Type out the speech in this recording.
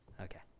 Okay